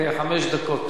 חמש דקות.